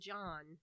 John